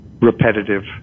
repetitive